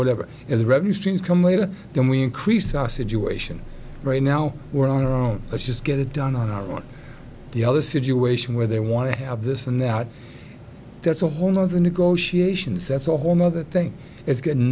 whatever the revenue streams come later then we increase our situation right now we're on our own let's just get it done on our own the other situation where they want to have this and that that's a whole nother negotiations that's a whole nother thing it's g